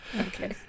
okay